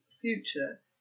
future